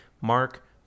Mark